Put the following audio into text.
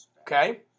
Okay